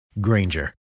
Granger